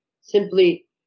simply